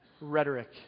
rhetoric